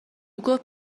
گفت